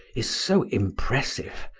is so impressive,